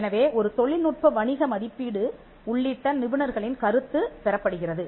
எனவே ஒரு தொழில்நுட்ப வணிக மதிப்பீடு உள்ளிட்ட நிபுணர்களின் கருத்து பெறப்படுகிறது